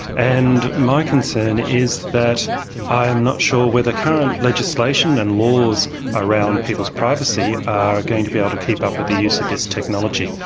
and my concern is that i am not sure whether current legislation and laws around people's privacy are going to be able to keep up with the use of this technology.